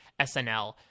SNL